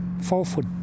four-foot